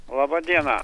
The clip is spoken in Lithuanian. laba diena